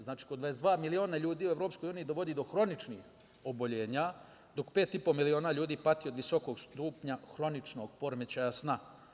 Znači, kod 22 miliona ljudi u EU dovodi do hroničnih oboljenja, dok 5,5 miliona ljudi pati od visokog stupnja hroničnog poremećaja sna.